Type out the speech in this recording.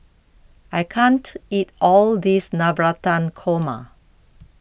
I can't eat all this Navratan Korma